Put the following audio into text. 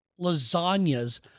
lasagnas